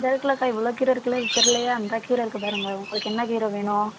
இந்தா இருக்குதுலக்கா இவ்வளோ கீரை இருக்குதுல தெரிலையா இந்தா கீரை இருக்குது பாருங்கள் உங்களுக்கு என்ன கீரை வேணும்